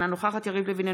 אינה נוכחת יריב לוין,